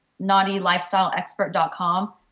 naughtylifestyleexpert.com